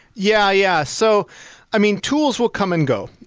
yeah. yeah so i mean, tools will come and go,